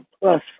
plus